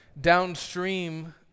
Downstream